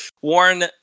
Warren